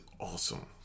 awesome